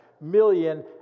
million